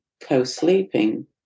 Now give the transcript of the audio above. co-sleeping